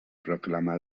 proclamà